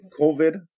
COVID